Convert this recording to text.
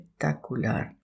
espectacular